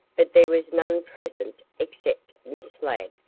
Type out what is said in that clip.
but there was none present, except miss ladd,